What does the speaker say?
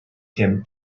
him